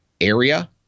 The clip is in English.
area